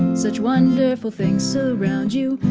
such wonderful things surround you,